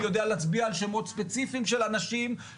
אני יודע להצביע על שמות ספציפיים של אנשים,